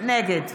נגד